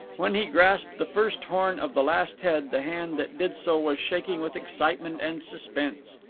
when he grasped the first horn of the last head, the hand that did so was shaking with excitement and suspense.